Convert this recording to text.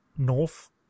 north